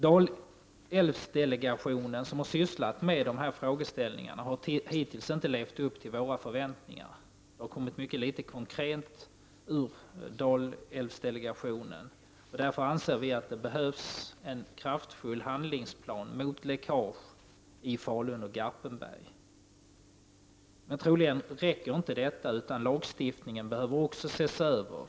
Dalälvsdelegationen, som har arbetat med dessa frågor, har hittills inte levt upp till våra förväntningar. Det har kommit mycket litet konkret från Dalälvsdelegationen. Därför anser vi att det behövs en kraftfull handlingsplan mot läckaget i Falun och Garpenberg. Men troligen räcker inte detta, utan lagstiftningen behöver också ses över.